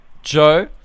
Joe